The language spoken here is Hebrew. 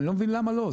אני לא מבין למה לא.